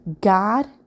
God